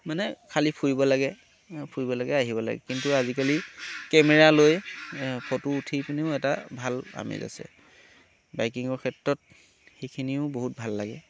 মানে খালী ফুৰিব লাগে ফুৰিব লাগে আহিব লাগে কিন্তু আজিকালি কেমেৰা লৈ ফটো উঠি পিনেও এটা ভাল আমেজ আছে বাইকিঙৰ ক্ষেত্ৰত সেইখিনিও বহুত ভাল লাগে